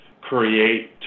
create